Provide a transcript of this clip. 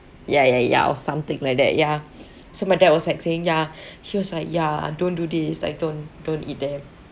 ya ya ya or something like that ya so my dad was like saying ya he was like ya don't do this like don't don't eat there